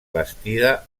bastida